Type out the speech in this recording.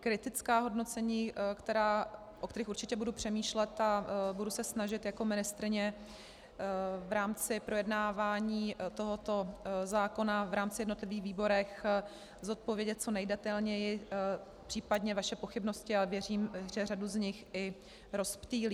kritická hodnocení, o kterých určitě budu přemýšlet, a budu se snažit jako ministryně v rámci projednávání tohoto zákona v jednotlivých výborech zodpovědět co nejdetailněji případně vaše pochybnosti, ale věřím, že řadu z nich i rozptýlím.